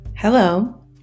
Hello